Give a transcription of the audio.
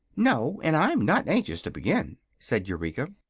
no, and i'm not anxious to begin, said eureka.